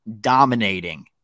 dominating